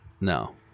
No